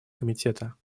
комитета